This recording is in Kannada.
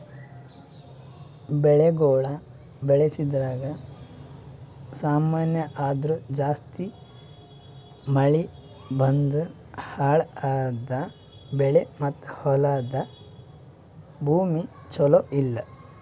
ಬೆಳಿಗೊಳ್ ಬೆಳಸದ್ರಾಗ್ ಸಮಸ್ಯ ಅಂದುರ್ ಜಾಸ್ತಿ ಮಳಿ ಬಂದು ಹಾಳ್ ಆದ ಬೆಳಿ ಮತ್ತ ಹೊಲದ ಭೂಮಿ ಚಲೋ ಇಲ್ಲಾ